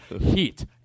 Heat